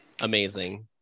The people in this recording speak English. Amazing